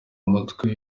umutwe